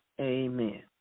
Amen